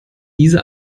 diese